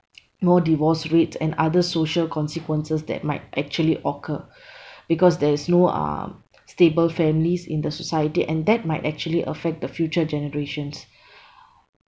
more divorce rates and other social consequences that might actually occur because there's no uh stable families in the society and that might actually affect the future generations